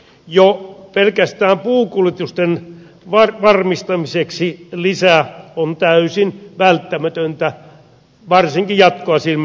jo pelkästään puukuljetusten varmistamiseksi lisä on täysin välttämätöntä varsinkin jatkoa silmällä pitäen